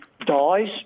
dies